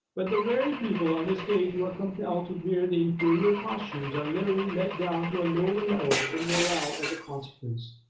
but the very people on the stage who are compelled to wear the inferior costumes are literally let down to a lower level in morale as a consequence.